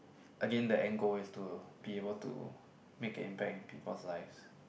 again the end goal is to be able to make an impact in people's lives